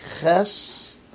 Ches